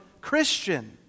Christian